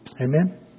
Amen